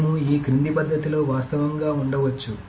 మేము ఈ క్రింది పద్ధతిలో వాస్తవంగా ఉంచవచ్చు